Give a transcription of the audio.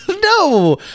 No